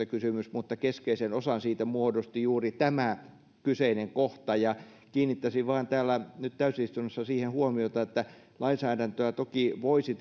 kysymys mutta keskeisen osan siitä muodosti juuri tämä kyseinen kohta kiinnittäisin vain täällä täysistunnossa nyt siihen huomiota että lainsäädäntöä toki voisi